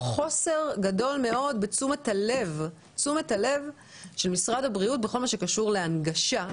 חוסר גדול מאוד בתשומת הלב של משרד הבריאות בכל מה שקשור להנגשה.